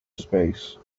space